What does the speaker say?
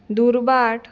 दुर्भाट